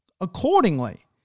accordingly